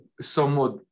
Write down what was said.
somewhat